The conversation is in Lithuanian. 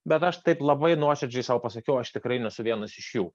bet aš taip labai nuoširdžiai sau pasakiau aš tikrai nesu vienas iš jų